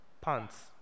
pants